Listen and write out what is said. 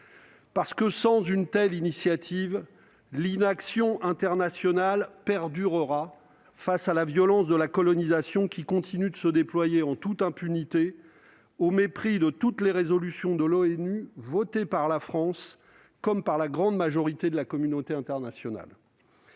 Parce que, sans une telle initiative, l'inaction internationale perdurera face à la violence de la colonisation qui continue de se déployer en toute impunité, au mépris de toutes les résolutions de l'ONU votées par la France comme par la grande majorité de la communauté internationale.